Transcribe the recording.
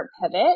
pivot